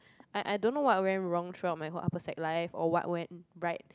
I I don't know what went wrong throughout my whole upper sec life or what went right